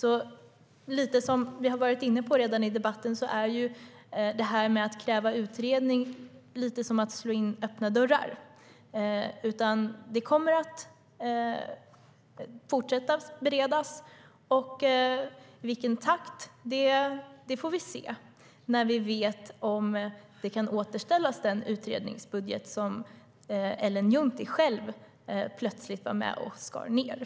Att kräva en utredning är lite som att slå in öppna dörrar, vilket vi redan har varit inne på lite i debatten. Det kommer att fortsätta beredas. Vi får se i vilken takt när vi vet om den utredningsbudget som Ellen Juntti själv var med och plötsligt skar ned kan återställas.